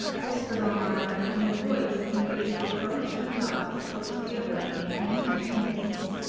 whispered almayer, in a voice in which reproach and love spoke together in pained tenderness.